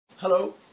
Hello